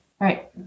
right